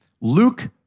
Luke